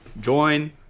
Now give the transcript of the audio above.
Join